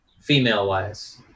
female-wise